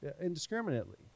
indiscriminately